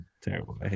terrible